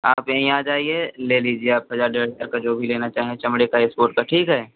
आप यहीं आ जाइए ले लीजिए आप हजार डेढ़ हजार का जो भी लेना चाहें चमड़े का इस्पोर्ट का ठीक है